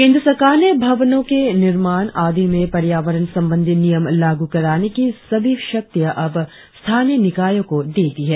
केंद्र सरकार ने भवनों के निर्माण आदि में पर्यावरण संबंधी नियम लागू कराने की सभी शक्तियां अब स्थानीय निकायों को दे दी हैं